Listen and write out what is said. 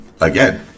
again